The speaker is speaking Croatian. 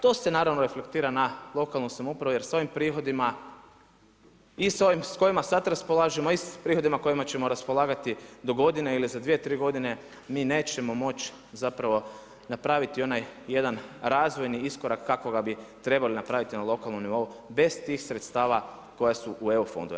To se naravno reflektira na lokalnu samoupravu jer s ovim prihodima i s ovim s kojima sada raspolažemo i sa prihodima s kojima ćemo raspolagati do godine ili za 2, 3 godine, mi nećemo moći zapravo napraviti onaj jedan razvojni iskorak kakvoga bi trebali napraviti na lokalnom nivou bez tih sredstava koja su u EU fondovima.